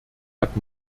hat